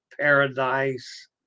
Paradise